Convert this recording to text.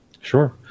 sure